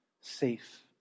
safe